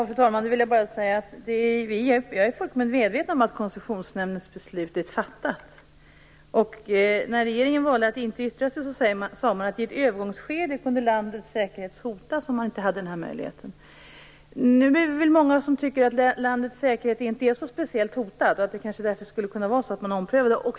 Fru talman! Jag är fullkomligt medveten om att Koncessionsnämndens beslut är fattat. När regeringen valde att inte yttra sig sade man att landets säkerhet i ett övergångsskede kunde hotas om man inte hade denna möjlighet. Nu är det väldigt många som tycker att landets säkerhet inte är så speciellt hotad, och att man kanske skulle ompröva detta.